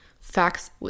facts